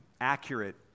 accurate